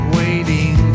waiting